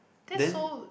that's so